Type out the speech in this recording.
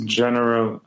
general